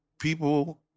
people